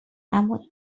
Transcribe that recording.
اما